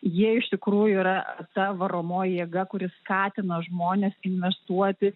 jie iš tikrųjų yra ta varomoji jėga kuri skatina žmones investuoti